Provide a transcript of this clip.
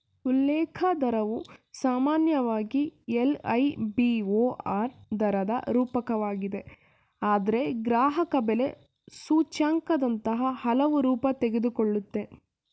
ಉಲ್ಲೇಖ ದರವು ಸಾಮಾನ್ಯವಾಗಿ ಎಲ್.ಐ.ಬಿ.ಓ.ಆರ್ ದರದ ರೂಪವಾಗಿದೆ ಆದ್ರೆ ಗ್ರಾಹಕಬೆಲೆ ಸೂಚ್ಯಂಕದಂತಹ ಹಲವು ರೂಪ ತೆಗೆದುಕೊಳ್ಳುತ್ತೆ